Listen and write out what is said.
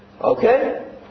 Okay